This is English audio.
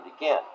again